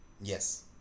Yes